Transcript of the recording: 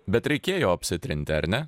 bet reikėjo apsitrinti ar ne